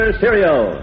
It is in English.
cereal